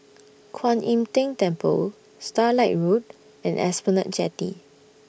Kwan Im Tng Temple Starlight Road and Esplanade Jetty